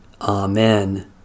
Amen